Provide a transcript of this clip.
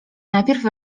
najpierw